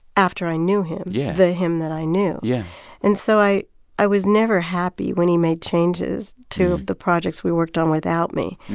after i knew him. yeah. the him that i knew. yeah and so i i was never happy when he made changes two of the projects we worked on without me.